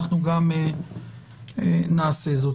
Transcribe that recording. אנחנו גם נעשה זאת.